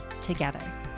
together